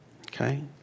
Okay